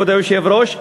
כבוד היושב-ראש?